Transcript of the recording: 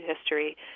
history